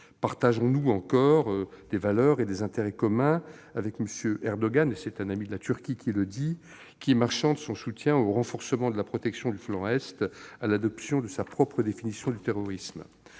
Partageons-nous encore des valeurs et des intérêts avec M. Erdogan- et c'est un ami de la Turquie qui le dit -, qui marchande son soutien au renforcement de la protection du flanc Est contre l'adoption de sa propre définition du terrorisme